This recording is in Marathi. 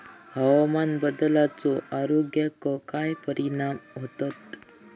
हवामान बदलाचो आरोग्याक काय परिणाम होतत?